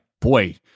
Boy